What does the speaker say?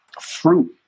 fruit